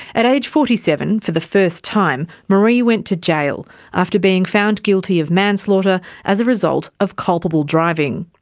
at age forty seven, for the first time, maree went to jail after being found guilty of manslaughter as a result of culpable driving.